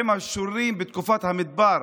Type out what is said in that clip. המשוררים בתקופת המדבר,